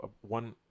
one